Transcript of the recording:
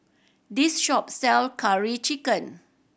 this shop sells Curry Chicken